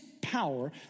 power